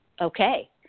okay